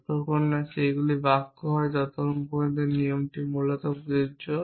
যতক্ষণ না সেগুলি বাক্য হয় ততক্ষণ এই নিয়মটি মূলত প্রযোজ্য